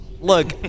Look